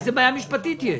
איזו בעיה משפטית יש?